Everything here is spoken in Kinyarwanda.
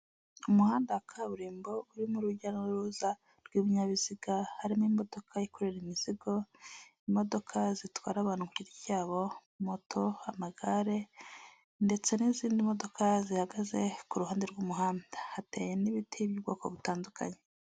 Umuhanda wa kaburimbo urimo urujya n'uruza rw'ibinyabiziga, harimo imodoka yikorera imizigo, imodoka zitwara abantu ku giti ryabo, moto, amagare ndetse n'izindi modoka, zihagaze, ku ruhande rw'umuhanda hateye n'ibiti by'ubwoko butandukanye.